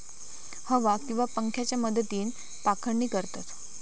हवा किंवा पंख्याच्या मदतीन पाखडणी करतत